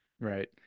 Right